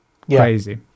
crazy